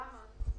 למה?